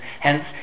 hence